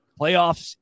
playoffs